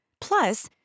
Plus